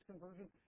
conversion